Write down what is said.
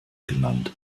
genannt